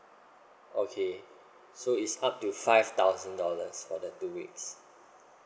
okay so it's up to five thousand dollars for the two weeks